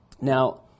Now